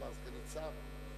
היא כבר סגנית שר?